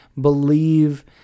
believe